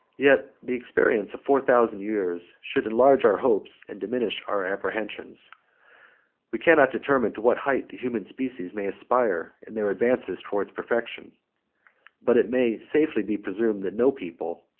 yet the experience of four thousand years should enlarge our hopes, and diminish our apprehensions we cannot determine to what height the human species may aspire in their advances towards perfection but it may safely be presumed, that no people,